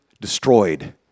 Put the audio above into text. Destroyed